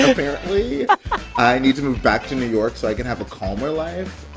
apparently i need to move back to new york, so i can have a calmer life.